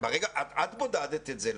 את בודדת את זה.